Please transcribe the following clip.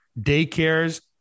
daycares